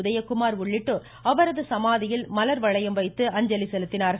உதயகுமார் உள்ளிட்டோர் அவரது சமாதியில் மலர்வளையம் வைத்து அஞ்சலி செலுத்தினார்கள்